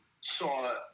saw